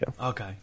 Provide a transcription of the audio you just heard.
okay